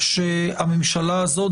שהממשלה הזאת,